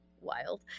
wild